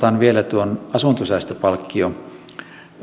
otan vielä tuon asuntosäästöpalkkiolakiesityksen